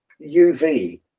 uv